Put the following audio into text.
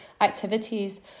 activities